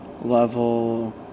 level